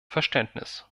verständnis